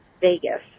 Vegas